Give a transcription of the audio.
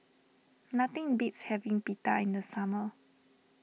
nothing beats having Pita in the summer